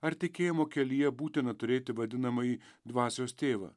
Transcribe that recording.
ar tikėjimo kelyje būtina turėti vadinamąjį dvasios tėvą